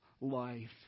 life